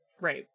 Right